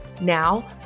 Now